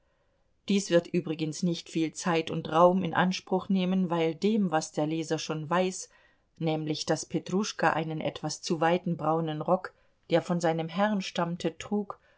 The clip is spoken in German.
dies wird übrigens nicht viel zeit und raum in anspruch nehmen weil dem was der leser schon weiß nämlich daß petruschka einen etwas zu weiten braunen rock der von seinem herrn stammte trug